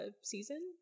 season